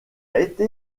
été